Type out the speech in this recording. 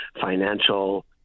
financial